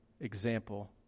example